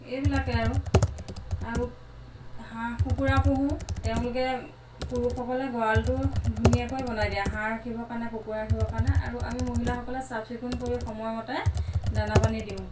এইবিলাকে আৰু আৰু হাঁহ কুকুৰা পোহোঁ তেওঁলোকে পুৰুষসকলে গঁড়ালটো ধুনীয়াকৈ বনাই দিয়ে হাঁহ ৰাখিবৰ কাৰণে কুকুৰা ৰাখিবৰ কাৰণে আৰু আমি মহিলাসকলে চাফচিকুণ কৰি সময়মতে দানা পানী দিওঁ